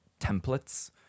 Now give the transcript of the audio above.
templates